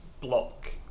block